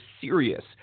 serious